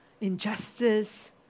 Injustice